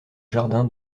jardin